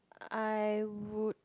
I would